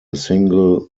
single